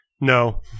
No